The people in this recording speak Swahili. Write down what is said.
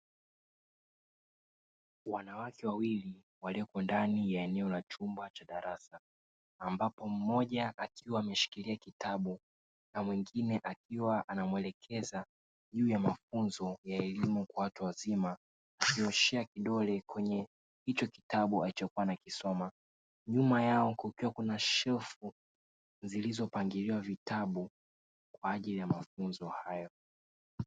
Wanawake wawili waliopo ndani ya eneo la chumba cha darasa, ambapo mmoja akiwa ameshikilia kitabu na wengine akiwa anamwelekeza juu ya mafunzo ya elimu kwa watu wazima akinyoshea kidole kwenye hicho kitabu alichokuwa anakisoma. Nyuma yao kukiwa kuna shelfu zilizopangiwa vitabu kwa ajili ya mafunzo hayo.